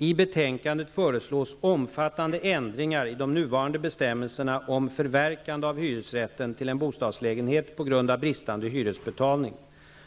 I betänkandet föreslås omfattande ändringar i de nuvarande bestämmelserna om förverkande av hyresrätten till en bostadslägenhet på grund av bristande hyresbetalning.